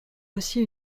aussi